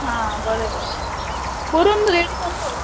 हां बरें बरें बरें करून रेडी कोरून दोवरतां